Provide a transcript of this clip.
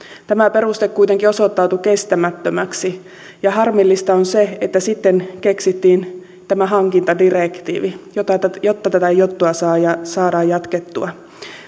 tämä peruste kuitenkin osoittautui kestämättömäksi harmillista on se että sitten keksittiin tämä hankintadirektiivi jotta tätä juttua saadaan saadaan jatkettua